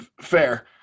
fair